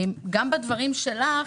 גם בדברים שלך,